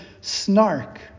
snark